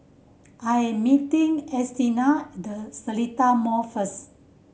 I am meeting Ernestina at The Seletar Mall first